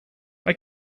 they